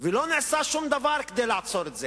ולא נעשה שום דבר כדי לעצור את זה,